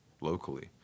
locally